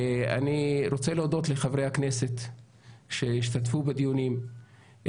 אני רוצה להודות לחברי הכנסת שהשתתפו בדיונים,